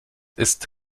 ist